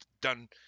done